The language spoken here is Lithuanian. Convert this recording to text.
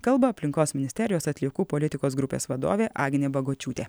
kalba aplinkos ministerijos atliekų politikos grupės vadovė agnė bagočiūtė